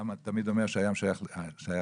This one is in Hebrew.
הוא היה תמיד אומר שהעולם שייך לצעירים.